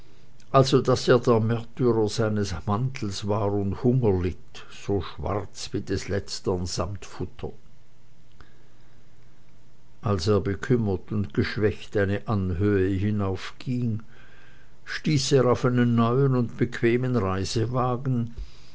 also daß er der märtyrer seines mantels war und hunger litt so schwarz wie des letztern sammetfutter als er bekümmert und geschwächt eine anhöhe hinaufging stieß er auf einen neuen und bequemen reisewagen